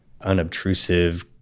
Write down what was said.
unobtrusive